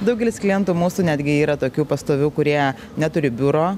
daugelis klientų mūsų netgi yra tokių pastovių kurie neturi biuro